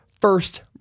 first